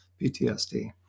PTSD